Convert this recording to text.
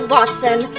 Watson